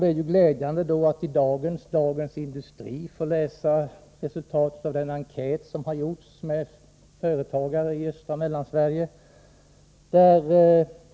Det är glädjande att i dagens nummer av Dagens Industri få läsa resultatet av en enkät som gjorts med företagare i östra Mellansverige.